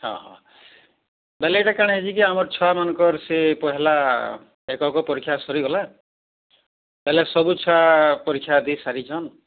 ହଁ ହଁ ବେଲେ ଏଟା କାଣା ହେଇଚି କି ଆମର ଛୁଆମାନଙ୍କର ସେ ପହିଲା ଏକକ ପରୀକ୍ଷା ସରିଗଲା ବେଲେ ସବୁ ଛୁଆ ପରୀକ୍ଷା ଦେଇ ସାରିଛନ୍